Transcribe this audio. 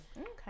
Okay